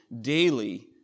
daily